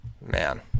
Man